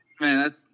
man